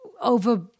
over